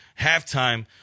halftime